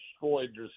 destroyed